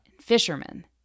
Fishermen